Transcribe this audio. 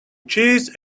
cheese